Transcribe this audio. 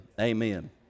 Amen